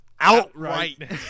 Outright